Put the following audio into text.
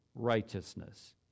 Righteousness